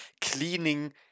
cleaning